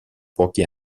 pochi